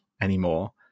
anymore